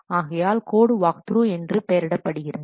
ஆகையால் கோட் வாக்த்ரூஎன்று பெயரிடப்பட்டிருக்கிறது